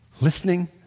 listening